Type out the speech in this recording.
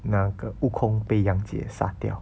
那个悟空被杨戬杀掉